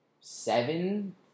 seven